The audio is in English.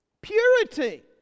Purity